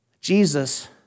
Jesus